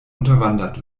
unterwandert